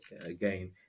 again